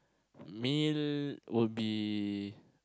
meal will be